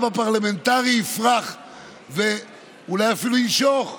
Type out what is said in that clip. בגלל שהתחנכתי בירוחם אלא בגלל שאלה השכנים שלי.